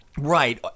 Right